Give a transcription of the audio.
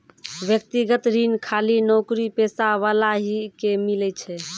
व्यक्तिगत ऋण खाली नौकरीपेशा वाला ही के मिलै छै?